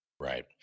Right